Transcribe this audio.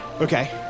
Okay